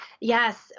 Yes